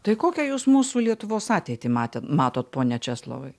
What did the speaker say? tai kokią jūs mūsų lietuvos ateitį matė matot pone česlovai